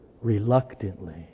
reluctantly